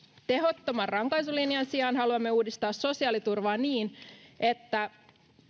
tehottoman rankaisulinjan sijaan haluamme uudistaa sosiaaliturvaa niin että